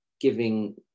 giving